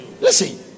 Listen